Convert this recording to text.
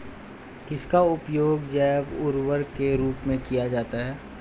किसका उपयोग जैव उर्वरक के रूप में किया जाता है?